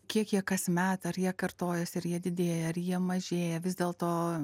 kiek jie kasmet ar jie kartojasi ar jie didėja ar jie mažėja vis dėl to